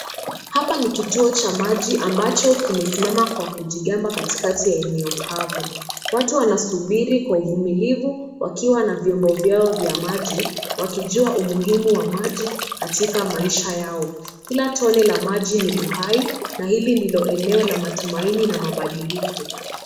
Hapa ni kituo cha maji ambacho kimesimama kwa kujigamba katikati ya eneo kavu ,watu wanasubiri kwa uvumilivu wakiwa na vyombo vyao vya maji wakijua umuhimu wa maji katika maisha yao, Kila tone la maji ni uhai na hili ndio eneo lao la matumaini na mabadiliko.